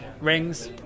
rings